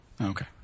Okay